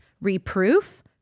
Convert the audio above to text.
reproof